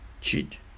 cheat